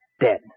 Dead